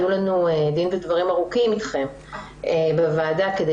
היו לנו דין ודברים ארוכים אתכם בוועדה כדי